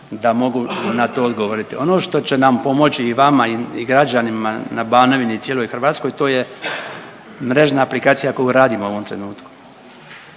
da mogu na to odgovoriti. Ono što će nam pomoći i vama i građanima na Banovini i cijeloj Hrvatskoj, to je mrežna aplikacija koju radimo u ovom trenutku